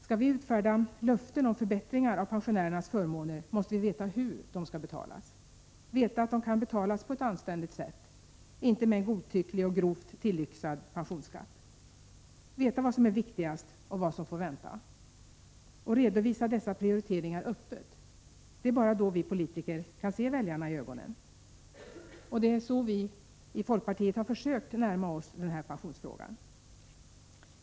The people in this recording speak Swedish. Skall vi utfärda löften om förbättringar av pensionärernas förmåner måste vi veta hur de skall betalas, veta att de kan betalas på ett anständigt sätt — inte med en godtycklig och grovt tillyxad pensionsskatt — och veta vad som är viktigast och vad som får vänta och redovisa dessa prioriteringar öppet. Det är bara då vi politiker kan se väljarna i ögonen. Det är så vi i folkpartiet har försökt närma oss den här pensionsfrågan.